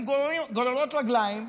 הן גוררות רגליים,